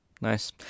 Nice